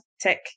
tech